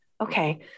okay